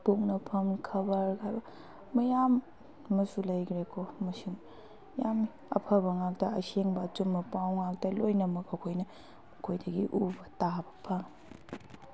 ꯄꯣꯛꯅꯐꯝ ꯈꯕꯔ ꯍꯥꯏꯕ ꯃꯌꯥꯝ ꯑꯃꯁꯨ ꯂꯩꯈ꯭ꯔꯦꯀꯣ ꯃꯁꯤꯡ ꯌꯥꯝ ꯑꯐꯕ ꯉꯥꯛꯇ ꯑꯁꯦꯡꯕ ꯑꯆꯨꯝꯕ ꯄꯥꯎ ꯉꯥꯛꯇ ꯂꯣꯏꯅꯃꯛ ꯑꯩꯈꯣꯏꯅ ꯃꯈꯣꯏꯗꯒꯤ ꯎꯕ ꯇꯥꯕ ꯐꯪꯉꯤ